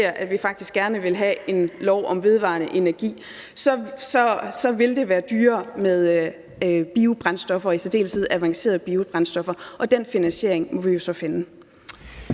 faktisk gerne vil have en lov om vedvarende energi, så vil det være dyrere med biobrændstoffer, i særdeleshed avancerede biobrændstoffer, og den finansiering må vi jo så finde.